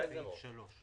(היו"ר ינון אזולאי)